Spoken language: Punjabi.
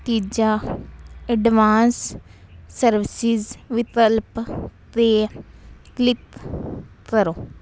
ਤੀਜਾ ਐਡਵਾਂਸ ਸਰਵਿਸਸ ਵਿਕਲਪ 'ਤੇ ਕਲਿਕ ਕਰੋ